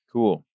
Cool